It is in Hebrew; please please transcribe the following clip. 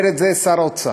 אומר את זה שר האוצר,